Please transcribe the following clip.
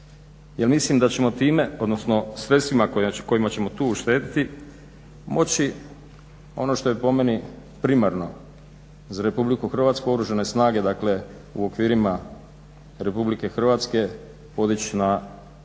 jer mislim da ćemo time, odnosno sredstvima kojima ćemo tu uštedjeti moći ono što je po meni primarno za RH Oružane snage dakle u okvirima RH podići na